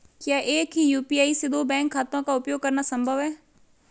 क्या एक ही यू.पी.आई से दो बैंक खातों का उपयोग करना संभव है?